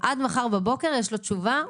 עד מחר בבוקר יש לו תשובה.